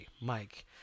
Mike